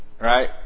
Right